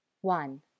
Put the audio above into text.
One